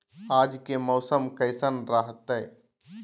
आज के मौसम कैसन रहताई?